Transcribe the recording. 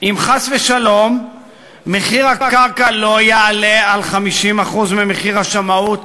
אם חס ושלום מחיר הקרקע לא יעלה על 50% ממחיר השמאות,